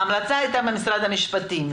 ההמלצה היתה ממשרד המשפטים.